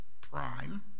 prime